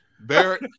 Barrett